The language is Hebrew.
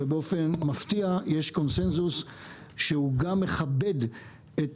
ובאופן מפתיע יש קונצנזוס שגם מכבד את